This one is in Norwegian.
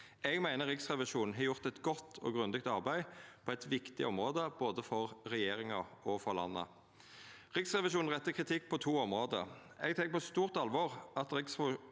Eg meiner Riksrevisjonen har gjort eit godt og grundig arbeid på eit viktig område både for regjeringa og for landet. Riksrevisjonen rettar kritikk på to område. Eg tek på stort alvor at Riksrevisjonen